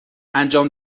انجام